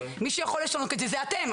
מי שיכול לשנות את זה זה אתם,